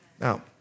Now